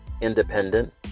Independent